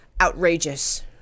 outrageous